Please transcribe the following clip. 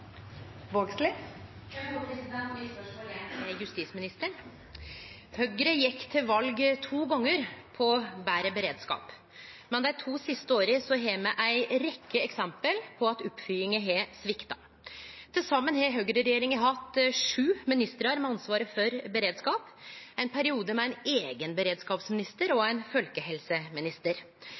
justisministeren. Høgre gjekk til val to gonger på betre beredskap, men dei to siste åra har me ei rekkje eksempel på at oppfølginga har svikta. Til saman har høgreregjeringa hatt sju ministrar med ansvaret for beredskap, ein periode med ein eigen beredskapsminister og ein folkehelseminister.